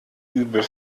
übel